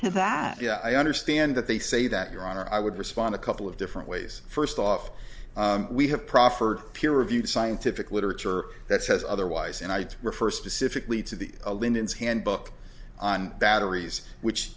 to that yeah i understand that they say that your honor i would respond a couple of different ways first off we have proffered peer reviewed scientific literature that says otherwise and i refer specifically to the lindens handbook on batteries which